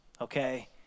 okay